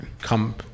come